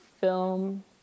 film